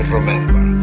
remember